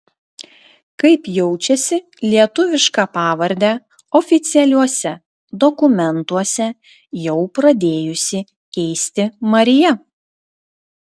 kaip jaučiasi lietuvišką pavardę oficialiuose dokumentuose jau pradėjusi keisti marija